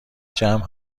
جمع